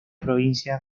provincia